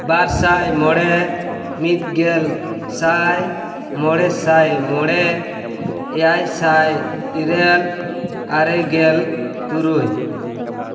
ᱵᱟᱨᱥᱟᱭ ᱢᱚᱬᱮ ᱢᱤᱫᱜᱮᱞ ᱥᱟᱭ ᱢᱚᱬᱮᱥᱟᱭ ᱢᱚᱬᱮ ᱮᱭᱟᱭᱥᱟᱭ ᱤᱨᱟᱹᱞ ᱟᱨᱮᱜᱮᱞ ᱛᱩᱨᱩᱭ